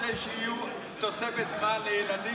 מה, אתה לא רוצה שתהיה תוספת זמן לילדים?